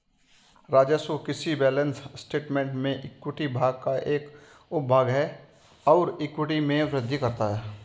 राजस्व किसी balance statement में इक्विटी भाग का एक उपभाग है और इक्विटी में वृद्धि करता है